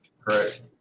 correct